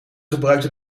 gebruikte